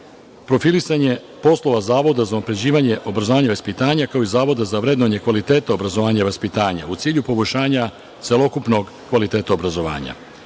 profilisanje poslova Zavoda za unapređivanje obrazovanja i vaspitanja, kao i Zavoda za vrednovanje kvaliteta obrazovanja i vaspitanja je u cilju poboljšanja celokupnog kvaliteta obrazovanja.